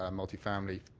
um multifamily